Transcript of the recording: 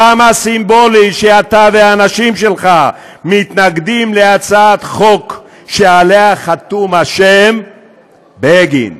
כמה סימבולי שאתה והאנשים שלך מתנגדים להצעת חוק שעליה חתום השם בגין.